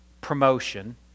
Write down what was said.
promotion